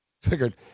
Figured